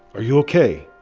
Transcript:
are you ok?